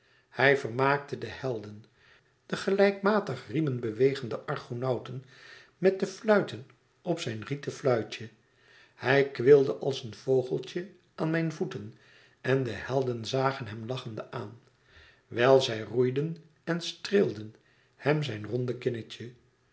hij vermaakte de helden de gelijkmatig riemen bewegende argonauten met te fluiten op zijn rieten fluitje hij kweelde als een vogeltje aan mijn voeten en de helden zagen hem lachende aan wijl zij roeiden en streelden hem zijn ronde kinnetje